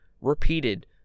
repeated